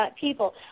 people